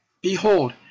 Behold